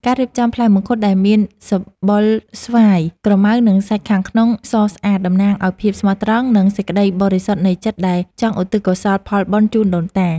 ការរៀបចំផ្លែមង្ឃុតដែលមានសម្បុរស្វាយក្រម៉ៅនិងសាច់ខាងក្នុងសស្អាតតំណាងឱ្យភាពស្មោះត្រង់ និង សេចក្តីបរិសុទ្ធនៃចិត្តដែលចង់ឧទ្ទិសកុសលផលបុណ្យជូនដូនតា។